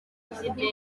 by’indege